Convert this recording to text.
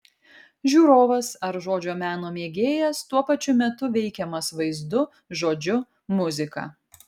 žiūrovas ar žodžio meno mėgėjas tuo pačiu metu veikiamas vaizdu žodžiu muzika